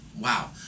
Wow